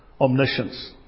omniscience